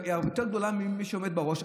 והיא יותר גדולה ממי שעומד בראש,